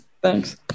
Thanks